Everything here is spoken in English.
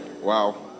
Wow